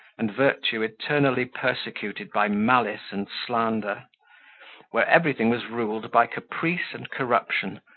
and virtue eternally persecuted by malice and slander where everything was ruled by caprice and corruption,